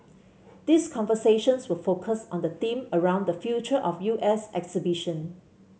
these conversations will focus on the theme around the Future of U S exhibition